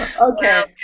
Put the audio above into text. Okay